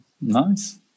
nice